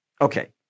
Okay